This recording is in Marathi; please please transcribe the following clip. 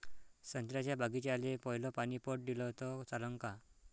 संत्र्याच्या बागीचाले पयलं पानी पट दिलं त चालन का?